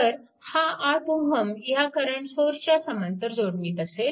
तर हा 8 Ω ह्या करंट सोर्सच्या समांतर जोडणीत असेल